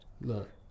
Look